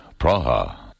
Praha